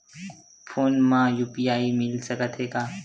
Phone मा UPI मिल सकत हे का?